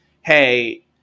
hey